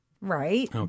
Right